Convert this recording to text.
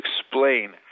explain